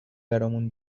برامون